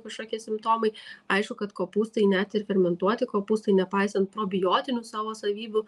kažkokie simptomai aišku kad kopūstai net ir fermentuoti kopūstai nepaisant probiotinių savo savybių